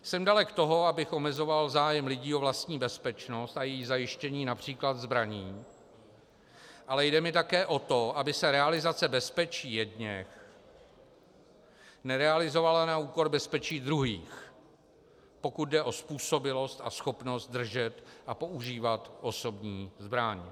Jsem dalek toho, abych omezoval zájem lidí o vlastní bezpečnost a její zajištění například zbraní, ale jde mi také o to, aby se realizace bezpečí jedněch nerealizovala na úkor bezpečí druhých, pokud jde o způsobilost a schopnost držet a používat osobní zbraň.